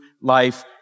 life